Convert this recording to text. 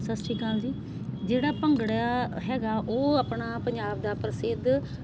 ਸਤਿ ਸ਼੍ਰੀ ਅਕਾਲ ਜੀ ਜਿਹੜਾ ਭੰਗੜਾ ਹੈਗਾ ਉਹ ਆਪਣਾ ਪੰਜਾਬ ਦਾ ਪ੍ਰਸਿੱਧ